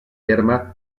terme